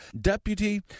deputy